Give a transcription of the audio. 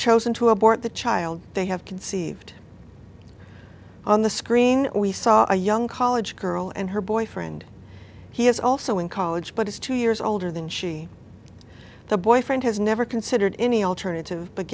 chosen to abort the child they have conceived on the screen we saw a young college girl and her boyfriend he is also in college but is two years older than she is the boyfriend has never considered any alternative